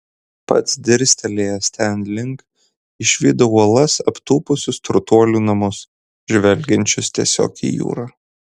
pats dirstelėjęs ten link išvydau uolas aptūpusius turtuolių namus žvelgiančius tiesiog į jūrą